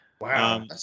wow